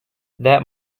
that